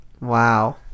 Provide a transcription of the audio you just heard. Wow